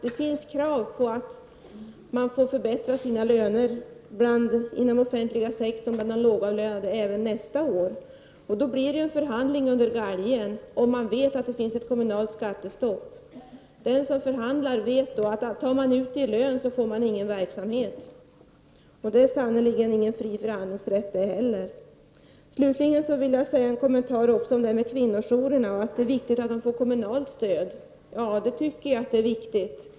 Det finns krav på att lönerna inom den offentliga sektorn skall förbättras bland de lågavlönade även nästa år. Det blir då en förhandling under galgen om man vet att det finns ett kommunalt skattestopp. Den som förhandlar vet då att om man tar ut det i lön så får man ingen verksamhet. Detta är naturligtvis ingen fri förhandlingsrätt. Slutligen vill jag göra en kommentar till kvinnojourerna och till att det är viktigt att de får kommunalt stöd. Jag tycker naturligtvis att det är viktigt.